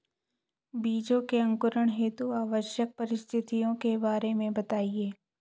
बीजों के अंकुरण हेतु आवश्यक परिस्थितियों के बारे में बताइए